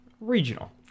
Regional